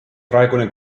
praegune